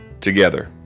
together